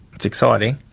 it's exciting,